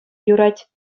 юрать